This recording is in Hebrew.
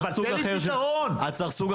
לא אמרתי אין פתרון, אבל צריך סוג אחר של תמיכות.